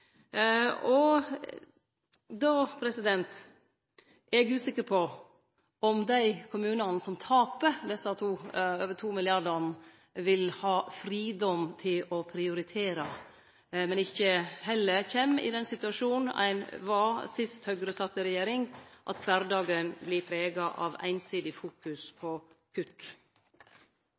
og rikaste kommunane. Då er eg usikker på om dei kommunane som taper desse over 2 mrd. kr vil ha fridom til å prioritere, om dei ikkje heller kjem i den situasjonen dei var i sist Høgre sat i regjering, at kvardagen vert prega av einsidig fokusering på kutt.